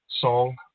song